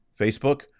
Facebook